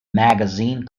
magazine